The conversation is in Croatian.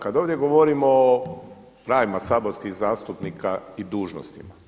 Kada ovdje govorimo o pravima saborskih zastupnika i dužnostima.